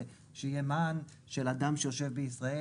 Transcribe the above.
זה שיהיה מען של אדם שיושב בישראל